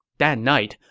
that night,